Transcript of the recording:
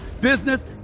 business